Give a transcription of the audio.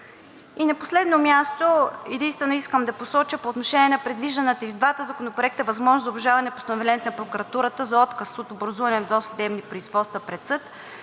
На последно място, единствено искам да посоча по отношение на предвижданата и в двата законопроект възможност за обжалване постановлението на прокуратурата за отказ от образуване на досъдебни производства пред съд.